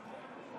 להלן תוצאות